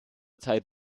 zeit